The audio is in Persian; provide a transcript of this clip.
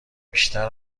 بیشتر